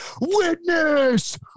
Witness